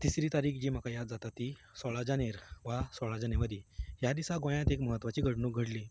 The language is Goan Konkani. तिसरी तारीख जी म्हाका याद जाता ती सोळा जानेर वा सोळा जानेवारी ह्या दिसा गोंयांत एक म्हत्वाची घडणूक घडली